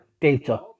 data